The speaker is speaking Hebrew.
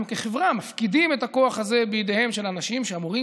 אנחנו כחברה מפקידים את הכוח הזה בידיהם של אנשים שאמורים,